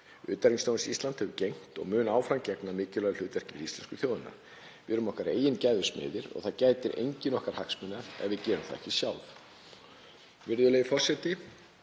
Utanríkisþjónusta Íslands hefur gegnt og mun áfram gegna mikilvægu hlutverki fyrir íslensku þjóðina. Við erum okkar eigin gæfu smiðir. Það gætir enginn okkar hagsmuna ef við gerum það ekki sjálf.